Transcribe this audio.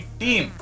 team